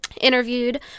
interviewed